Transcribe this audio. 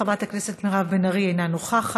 חברת הכנסת מירב בן ארי, אינה נוכחת.